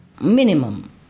minimum